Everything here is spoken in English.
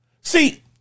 See